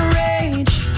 rage